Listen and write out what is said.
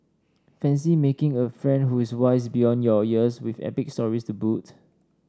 fancy making a friend who is wise beyond your years with epic stories to boot